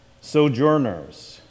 Sojourners